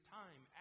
time